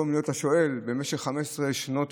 שאילתה בנושא חשוב מאוד,